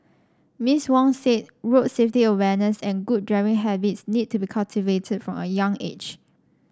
Miss Wong said road safety awareness and good driving habits need to be cultivated from a young age